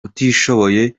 utishoboye